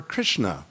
Krishna